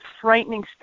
frightening